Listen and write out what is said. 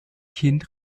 kind